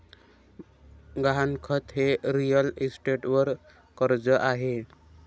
गहाणखत हे रिअल इस्टेटवर कर्ज आहे